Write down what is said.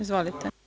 Izvolite.